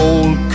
Old